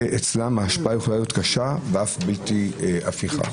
אצלם ההשפעה יכולה להיות קשה ואף בלתי הפיכה.